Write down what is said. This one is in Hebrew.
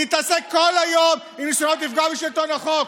להתעסק כל היום עם ניסיונות לפגוע בשלטון החוק,